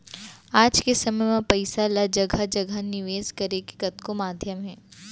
आज के समे म पइसा ल जघा जघा निवेस करे के कतको माध्यम हे